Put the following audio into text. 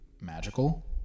magical